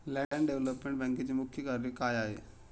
Land development बँकेचे मुख्य कार्य काय आहे?